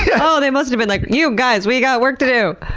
yeah oh, they must have been like, you guys! we got work to do!